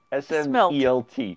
smelt